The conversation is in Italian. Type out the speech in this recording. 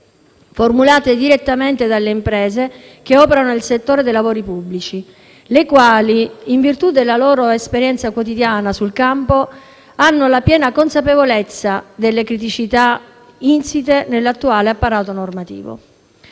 formulate direttamente dalle imprese che operano nel settore dei lavori pubblici, le quali, in virtù della loro esperienza quotidiana sul campo, hanno la piena consapevolezza delle criticità insite nell'attuale apparato normativo.